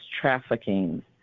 trafficking